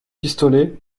pistolets